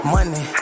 Money